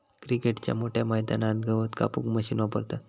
क्रिकेटच्या मोठ्या मैदानात गवत कापूक मशीन वापरतत